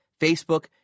Facebook